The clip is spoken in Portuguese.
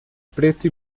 preto